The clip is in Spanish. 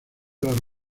las